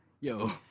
Yo